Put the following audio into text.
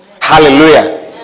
Hallelujah